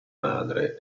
madre